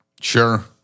Sure